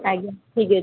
ଆଜ୍ଞା ଠିକ୍ ଅଛି